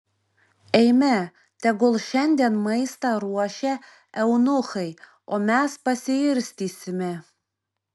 eime tegul šiandien maistą ruošia eunuchai o mes pasiirstysime